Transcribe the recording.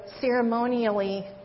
ceremonially